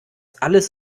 alles